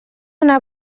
una